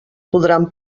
podran